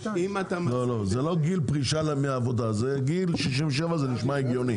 זה לא גיל פרישה מהעבודה, גיל 67 נשמע הגיוני.